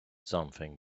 something